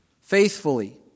...faithfully